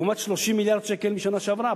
לעומת 30 מיליארד שקל בשנה שעברה.